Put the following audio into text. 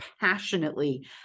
passionately